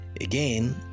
again